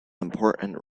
important